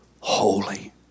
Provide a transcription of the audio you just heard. holy